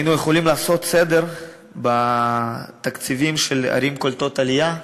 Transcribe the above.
היינו יכולים לעשות סדר בתקציבים של ערים קולטות עלייה,